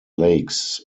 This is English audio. lakes